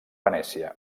venècia